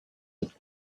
with